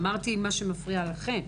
אמרתי מה שמפריע לכם.